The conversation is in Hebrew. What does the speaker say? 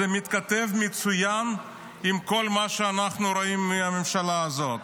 זה מתכתב מצוין עם כל מה שאנחנו רואים עם הממשלה הזאת.